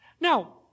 Now